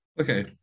Okay